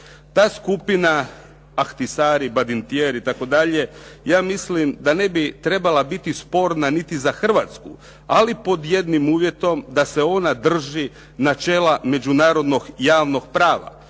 Ta skupina Ahtisari, Badintijeri i tako dalje, ja mislim da ne bi trebala biti sporna niti za Hrvatsku, ali pod jednim uvjetom, da se ona drži načela međunarodnog javnog prava.